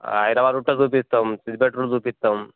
హైడ్రాబాద్ రూట్లో చూపిస్తాం సిద్దిపేట్ రూట్ చూపిస్తాం